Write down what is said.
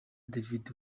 david